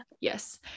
yes